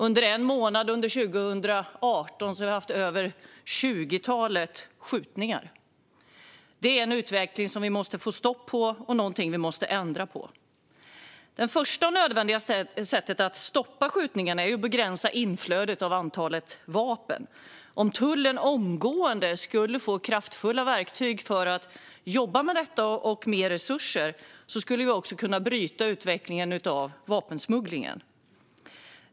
Under en månad 2018 hade vi över 20 skjutningar. Det är en utveckling som vi måste få stopp på. Någonting måste vi ändra på. Det första sättet att stoppa skjutningarna är att begränsa inflödet av vapen, vilket är nödvändigt. Om tullen omgående skulle få kraftfulla verktyg och mer resurser för att jobba med detta skulle vi också kunna bryta utvecklingen av vapensmugglingen.